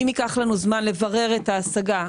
אם ייקח לנו זמן לברר את ההשגה,